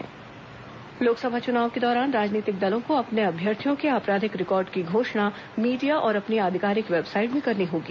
उम्मीदवार आपराधिक रिकॉर्ड लोकसभा चुनाव के दौरान राजनीतिक दलों को अपने अभ्यर्थियों के आपराधिक रिकॉर्ड की घोषणा मीडिया और अपनी आधिकारिक वेबसाइट में करनी होगी